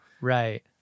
Right